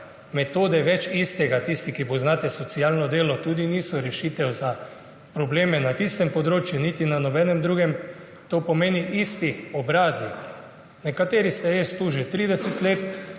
Metode Več istega, tisti, ki poznate socialno delo, tudi niso rešitev za probleme na tistem področju niti na nobenem drugem. To pomeni isti obrazi. Nekateri ste res tu že 30 let,